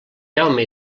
jaume